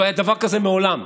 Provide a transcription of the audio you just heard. לא היה דבר כזה מעולם,